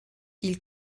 ils